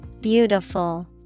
Beautiful